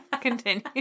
continue